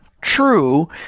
true